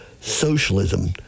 socialism